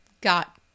got